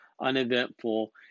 uneventful